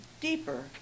deeper